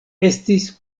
estis